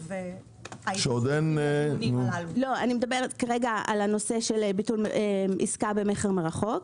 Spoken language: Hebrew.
אני מדברת על הנושא של ביטול עסקה ממכר מרחוק.